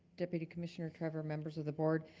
deputy commissioner trevor, members of the board.